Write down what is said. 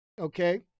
Okay